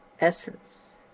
essence